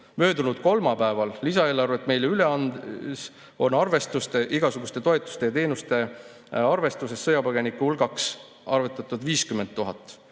Möödunud kolmapäeval lisaeelarvet meile üle andes on igasuguste toetuste ja teenuste arvestuses sõjapõgenike hulgaks arvutatud 50 000.